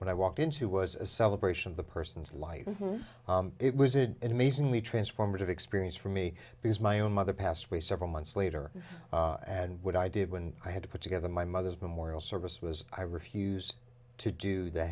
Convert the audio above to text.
when i walked into was a celebration of the person's life and it was it an amazingly transformative experience for me because my own mother passed away several months later and what i did when i had to put together my mother's memorial service was i refused to do the